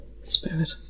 Spirit